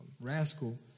Rascal